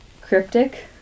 cryptic